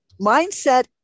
Mindset